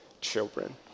children